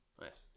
Nice